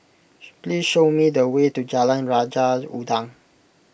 please show me the way to Jalan Raja Udang